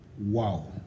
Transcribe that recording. Wow